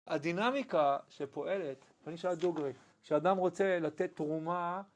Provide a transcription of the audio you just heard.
הדינמיקה שפועלת, אני אשאל דוגרי, כשאדם רוצה לתת תרומה